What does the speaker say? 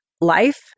life